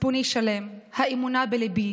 מצפוני שלם, האמונה בליבי.